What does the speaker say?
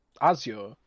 azure